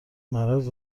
مرض